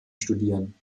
studieren